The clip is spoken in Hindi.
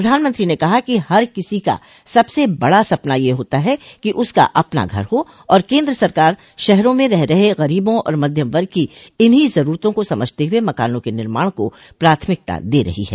प्रधानमंत्री ने कहा कि हर किसी का सबसे बड़ा सपना यह होता है कि उसका अपना घर हो और केन्द्र सरकार शहरों में रह रहे गरीबों और मध्यम वर्ग की इन्हीं जरूरतों को समझते हुए मकानों के निर्माण को प्राथमिकता दे रही है